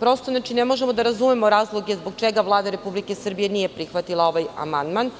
prosto ne možemo da razumemo razloge zbog čega Vlada Republike Srbije nije prihvatila ovaj amandman.